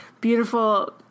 beautiful